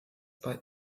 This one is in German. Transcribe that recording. bei